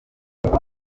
iyi